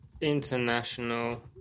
International